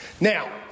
Now